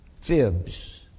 fibs